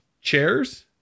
chairs